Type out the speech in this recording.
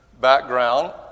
background